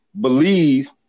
believe